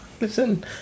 Listen